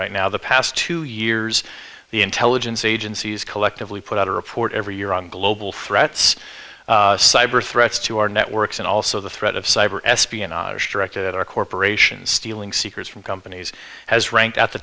right now the past two years the intelligence agencies collectively put out a report every year on global threats cyber threats to our networks and also the threat of cyber espionage directed at our corporations stealing secrets from companies has ranked at the